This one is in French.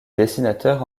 dessinateur